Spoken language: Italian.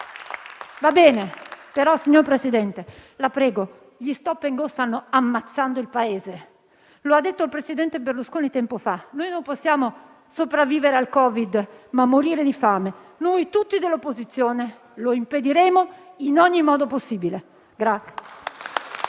Va bene, però, signor Presidente, la prego: gli *stop* *and go* stanno ammazzando il Paese. Lo ha detto il presidente Berlusconi tempo fa: non possiamo sopravvivere al Covid e poi morire di fame. Tutti noi dell'opposizione lo impediremo in ogni modo possibile.